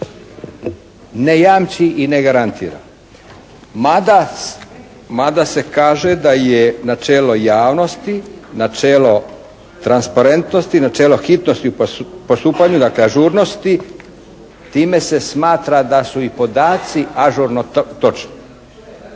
Ne jamči i ne garantira. Mada se kaže da je načelo javnosti, načelo transparentnosti, načelo hitnosti u postupanju, dakle ažurnosti time se smatra da su i podaci ažurno točni.